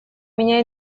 меня